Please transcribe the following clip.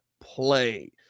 play